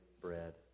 bread